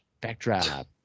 Backdrop